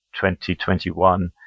2021